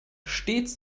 stets